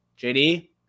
JD